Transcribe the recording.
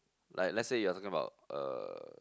like let's say you are talking about uh